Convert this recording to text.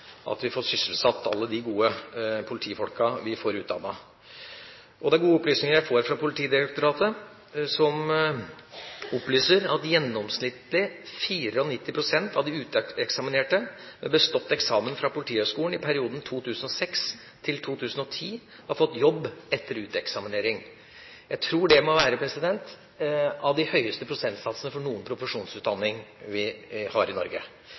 at vi får sysselsatt alle de gode politifolkene vi får utdannet. Det er gode opplysninger jeg får fra Politidirektoratet, som opplyser at gjennomsnittlig 94 pst. av de uteksaminerte, med bestått eksamen fra Politihøgskolen i perioden 2006–2010, har fått jobb etter uteksaminering. Jeg tror det må være av de høyeste prosentsatsene for noen profesjonsutdanning vi har i Norge.